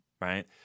right